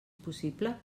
possible